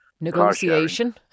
negotiation